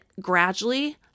gradually